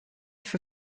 für